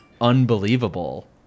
unbelievable